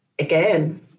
Again